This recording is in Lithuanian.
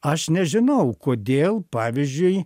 aš nežinau kodėl pavyzdžiui